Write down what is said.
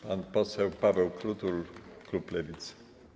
Pan poseł Paweł Krutul, klub Lewica.